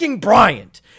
Bryant